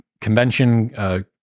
convention